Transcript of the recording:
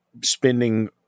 spending